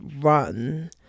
run